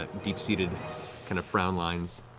ah deep-seated kind of frown lines.